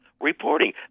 reporting